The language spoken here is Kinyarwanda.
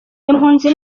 impunzi